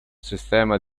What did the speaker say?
sistema